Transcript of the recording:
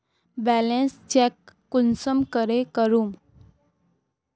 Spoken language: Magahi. बैलेंस चेक कुंसम करे करूम?